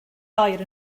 oer